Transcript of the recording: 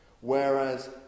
Whereas